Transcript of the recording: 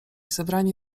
zebrani